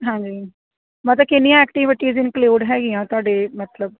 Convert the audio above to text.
ਹਾਂਜੀ ਮਤਲਬ ਕਿੰਨੀਆਂ ਐਕਟਿਵਿਟੀਜ ਇੰਕਲਿਊਡ ਹੈਗੀਆਂ ਤਾਡੇ ਮਤਲਬ